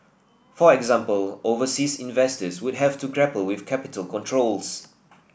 for example overseas investors would have to grapple with capital controls